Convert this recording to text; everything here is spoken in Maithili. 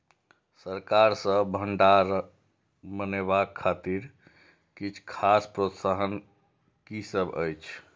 सरकार सँ भण्डार बनेवाक खातिर किछ खास प्रोत्साहन कि सब अइछ?